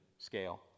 scale